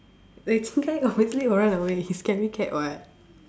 like Qing Kai obviously will run away he scaredy cat [what]